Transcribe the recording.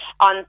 On